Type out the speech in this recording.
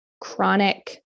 chronic